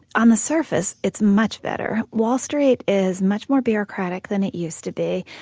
on the surface it's much better. wall street is much more bureaucratic than it used to be.